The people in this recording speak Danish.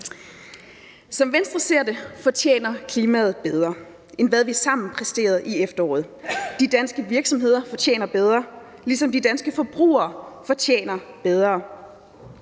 Som Venstre ser det, fortjener klimaet bedre, end hvad vi sammen præsterede i efteråret. De danske virksomheder fortjener bedre, ligesom de danske forbrugere fortjener bedre.